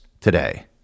today